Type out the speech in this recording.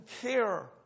care